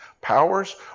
powers